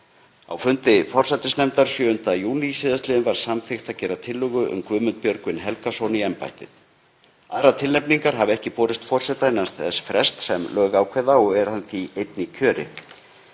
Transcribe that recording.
Á fundi forsætisnefndar 7. júní sl. var samþykkt að gera tillögu um Guðmund Björgvin Helgason í embættið. Aðrar tilnefningar hafa ekki borist forseta innan þess frests sem lög ákveða og er hann því einn í kjöri.